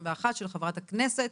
של חברת הכנסת